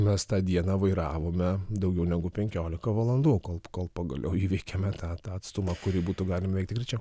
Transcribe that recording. mes tą dieną vairavome daugiau negu penkiolika valandų kol kol pagaliau įveikėme tą tą atstumą kurį būtų galima įveikti greičiau